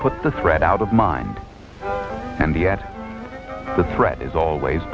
put the threat out of mind and yet the threat is always